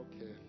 Okay